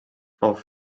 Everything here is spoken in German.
auf